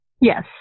Yes